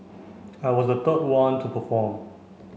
I was the third one to perform